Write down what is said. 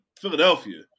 philadelphia